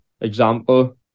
example